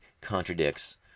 contradicts